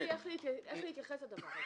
לא ברור לי איך להתייחס לדבר הזה.